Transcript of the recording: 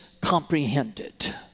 comprehended